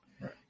right